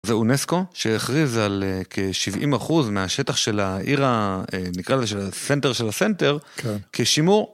זה אונסקו שהכריז על כ-70% מהשטח של העיר, נקרא לזה של הסנטר של הסנטר, כשימור.